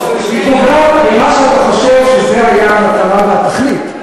היא פוגעת במה שאתה חושב שזה היה המטרה והתכלית.